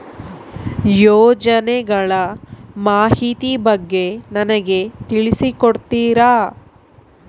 ಯೋಜನೆಗಳ ಮಾಹಿತಿ ಬಗ್ಗೆ ನನಗೆ ತಿಳಿಸಿ ಕೊಡ್ತೇರಾ?